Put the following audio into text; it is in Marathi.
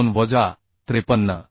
2 वजा 53